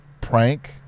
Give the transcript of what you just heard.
prank